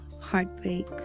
heartbreak